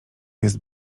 jest